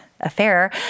affair